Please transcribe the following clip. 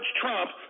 Trump